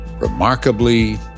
remarkably